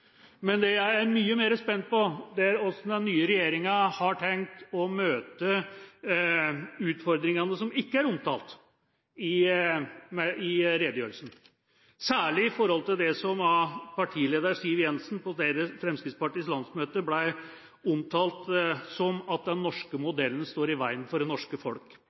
Men det jeg er mye mer spent på, er hvordan den nye regjeringa har tenkt å møte utfordringene som ikke er omtalt i redegjørelsen – særlig når det gjelder det som partileder Siv Jensen sa på Fremskrittspartiets landsmøte om at den norske modellen står i veien for det norske